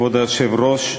כבוד היושב-ראש,